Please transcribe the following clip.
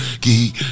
Key